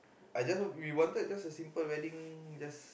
I just we wanted just a simple wedding just